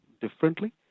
differently